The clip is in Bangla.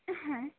হ্যাঁ